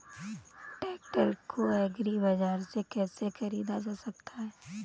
Tractor को agri Bazaar से कैसे ख़रीदा जा सकता हैं?